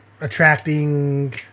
attracting